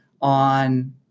on